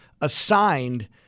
assigned